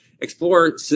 explore